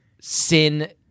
sin